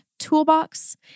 toolbox